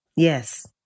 Yes